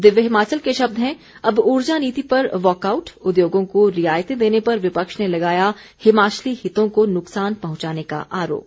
दिव्य हिमाचल के शब्द हैं अब उर्जा नीति पर वॉकआउट उद्योगों को रियायतें देने पर विपक्ष ने लगाया हिमाचली हितों को नुकसान पहुंचाने का आरोप